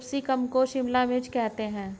capsicum को शिमला मिर्च करते हैं